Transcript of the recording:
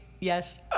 yes